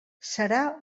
serà